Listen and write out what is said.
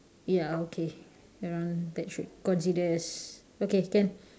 ya okay around that should consider as okay can